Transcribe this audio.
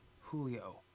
Julio